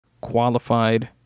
qualified